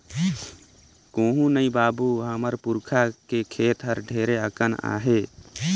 कुहू नइ बाबू, हमर पुरखा के खेत हर ढेरे अकन आहे